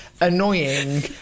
annoying